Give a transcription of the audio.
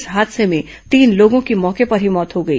इस हादसे में तीन लोगों की मौके पर ही मौत हो गई